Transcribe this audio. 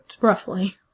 Roughly